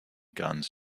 guns